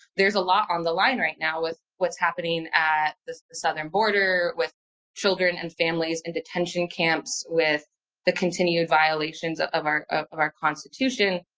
there's a lot on the line right now with what's happening at the southern border with children and families in detention camps, with the continued violations of our, of of our constitution.